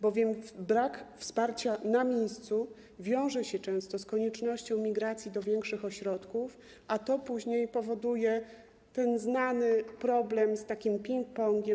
Bowiem brak wsparcia na miejscu wiąże się często z koniecznością migracji do większych ośrodków, a to później powoduje ten znany problem z tzw. ping-pongiem.